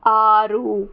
ఆరు